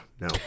no